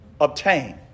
obtain